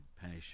Passion